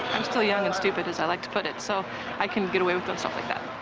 i'm still young and stupid as i like to put it, so i can get away with but so like that.